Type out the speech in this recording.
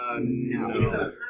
No